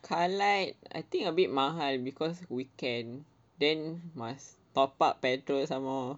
car lite I think a bit mahal because weekend then must top up petrol some more